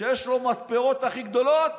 שיש לו מתפרות הכי גדולות?